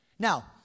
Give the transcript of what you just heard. Now